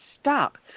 stop